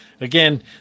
again